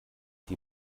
die